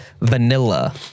vanilla